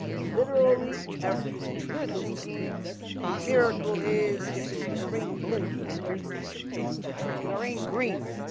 literally everything you're thinking a miracle is if it's gonna rain blue tomorrow or it's gonna rain green